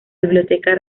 biblioteca